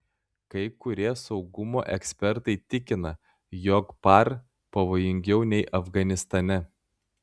kai kurie saugumo ekspertai tikina jog par pavojingiau nei afganistane